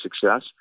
success